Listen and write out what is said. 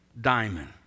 diamond